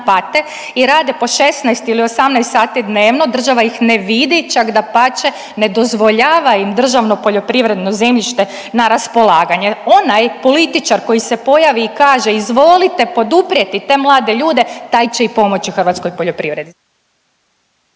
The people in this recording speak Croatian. pate i rade po 16 ili 18 sati dnevno, država ih ne vidi. Čak dapače ne dozvoljava im državno poljoprivredno zemljište na raspolaganje. Onaj političar koji se pojavi i kaže izvolite poduprijeti te mlade ljude taj će i pomoći hrvatskoj poljoprivredi.